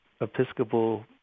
Episcopal